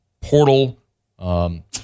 portal